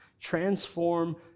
transform